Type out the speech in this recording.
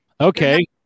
okay